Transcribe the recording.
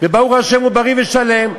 וברוך השם הוא בריא ושלם.